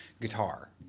guitar